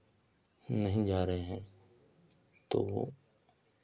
नहीं जा रहे हैं तो